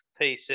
PC